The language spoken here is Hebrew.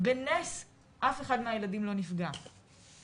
ובנס אף אחד מהילדים לא נפגע.